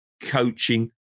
coaching